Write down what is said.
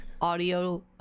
Audio